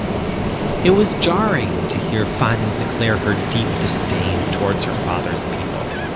it was jarring to hear fanny declare her deep disdain towards her father's people.